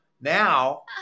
Now